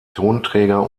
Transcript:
tonträger